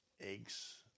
Eggs